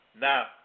Now